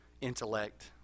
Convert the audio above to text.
intellect